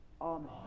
Amen